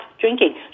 drinking